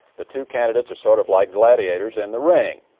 the two candidates are sort of like gladiators in the ring.